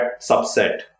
subset